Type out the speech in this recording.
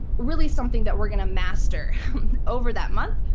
really something that we're going to master over that month.